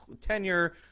tenure